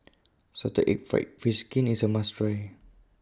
Salted Egg Fried Fish Skin IS A must Try